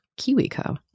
KiwiCo